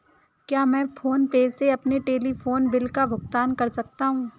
क्या मैं PhonePe से अपने टेलीफोन बिल का भुगतान कर सकता हूँ?